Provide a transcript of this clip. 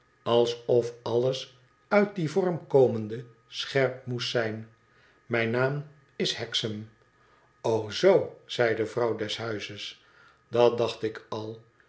alsof alles uitdien vorm komende scherp moest zijn mijn naam is hexam zoo zei de vrouw des huizes idat dacht ik al